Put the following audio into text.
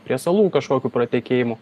prie salų kažkokių pratekėjimų